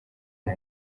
nka